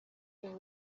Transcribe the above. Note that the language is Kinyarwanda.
iyi